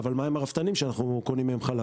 אבל מה עם הרפתנים שאנחנו קונים מהם חלב?